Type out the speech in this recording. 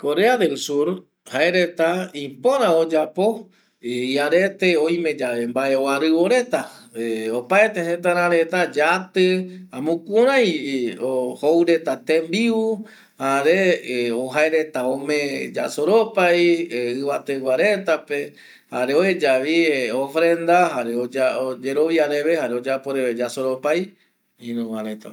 Korea del sur jaeko ipora oyapo y arete oime yave vae oiraru reta ˂hesitation˃ opaete jeta ra reta yati jaema jukurei joureta tembiu jare jaereta ome yasoropai ivate pegua reta pe jare ueya vi ofrenda oyerovia reve jare oyapo reve yasoropai iruvareta pe